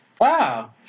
Wow